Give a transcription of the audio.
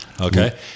Okay